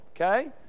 okay